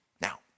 Now